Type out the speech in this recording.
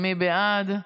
מי בעד?